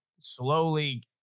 slowly